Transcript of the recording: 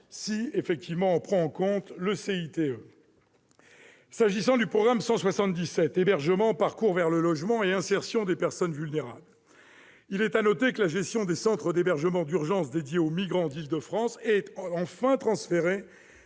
la transition énergétique. S'agissant du programme 177, « Hébergement, parcours vers le logement et insertion des personnes vulnérables », il est à noter que la gestion des centres d'hébergement d'urgence dédiés aux migrants d'Île-de-France est enfin transférée